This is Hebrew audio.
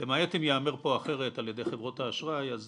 למעט אם ייאמר פה אחרת על ידי חברות האשראי, אז